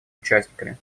участниками